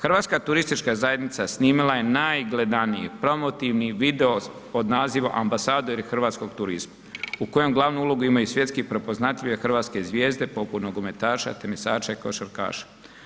Hrvatska turistička zajednica snimila je najgledaniji promotivni video pod nazivom ambasadori hrvatskog turizma u kojem glavnu ulogu imaju svjetski prepoznatljive hrvatske zvijezde poput nogometaša, tenisača i košarkaša.